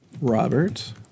Robert